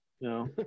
No